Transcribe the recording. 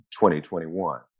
2021